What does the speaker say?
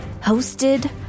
hosted